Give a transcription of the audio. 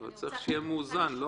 צריך שזה יהיה מאוזן.